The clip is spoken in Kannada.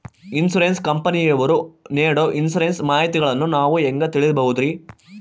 ಇನ್ಸೂರೆನ್ಸ್ ಕಂಪನಿಯವರು ನೇಡೊ ಇನ್ಸುರೆನ್ಸ್ ಮಾಹಿತಿಗಳನ್ನು ನಾವು ಹೆಂಗ ತಿಳಿಬಹುದ್ರಿ?